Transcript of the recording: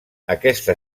aquesta